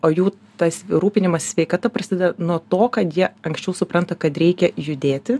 o jų tas rūpinimasis sveikata prasideda nuo to kad jie anksčiau supranta kad reikia judėti